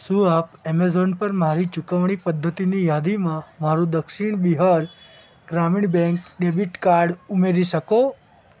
શું આપ એમેઝોન પર મારી ચુકવણી પદ્ધતિની યાદીમાં મારું Dakshin Bihar Gramin bank debit card ઉમેરી શકો